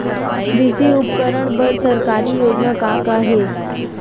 कृषि उपकरण बर सरकारी योजना का का हे?